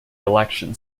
election